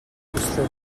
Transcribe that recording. хүслээ